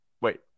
Wait